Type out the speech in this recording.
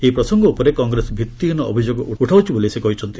ଏହି ପ୍ରସଙ୍ଗ ଉପରେ କଂଗ୍ରେସ ଭିତ୍ତିହୀନ ଅଭିଯୋଗ ଉଠାଉଛି ବୋଲି ସେ କହିଛନ୍ତି